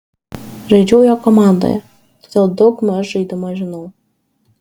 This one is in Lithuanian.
žaidžiau jo komandoje todėl daug maž žaidimą žinau